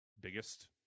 biggest